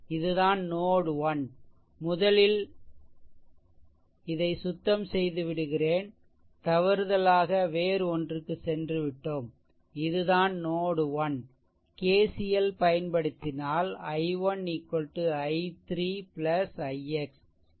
இதுதான் நோட் 1 இதை முதலில் சுத்தம் செய்துவிடுகிறேன் தவறுதலாக வேறு ஒன்றுக்கு சென்றுவிட்டோம் இது தான் நோட் 1 KCL பயன்படுத்தினால் i1 i3 ix இது நோட்1 ல்